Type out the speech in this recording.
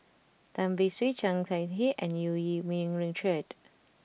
Tan Beng Swee Chang Chieh Hang and Eu Yee Ming Richard